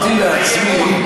אמרתי לעצמי,